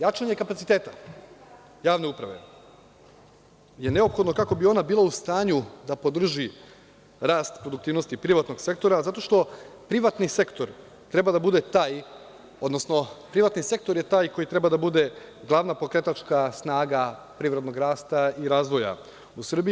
Jačanje kapaciteta javne uprave je neophodno kako bi ona bila u stanju da podrži rast produktivnosti privatnog sektora, zato što privatni sektor treba da bude taj, odnosno privatni sektor je taj koji treba da bude glavna pokretačka snaga privrednog rasta i razvoja u Srbiji.